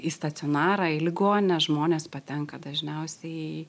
į stacionarą į ligoninę žmonės patenka dažniausiai